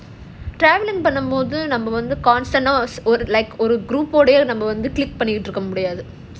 travelling பண்ணும்போது நாம வந்து:panumpothu namma vandhu constant loss like ஒரு:oru group or deal பண்ணிட்ருக்க முடியாது:pannitruka mudiyaathu